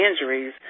injuries